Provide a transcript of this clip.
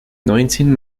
neunzehn